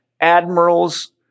admirals